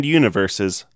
universes